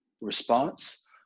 response